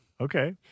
Okay